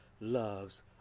loves